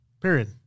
Period